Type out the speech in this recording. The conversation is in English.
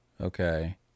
okay